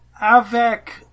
AVEC